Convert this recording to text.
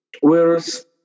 whereas